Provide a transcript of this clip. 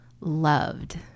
loved